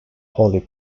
holy